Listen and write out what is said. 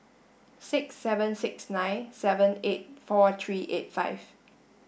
six seven six nine seven eight four three eight five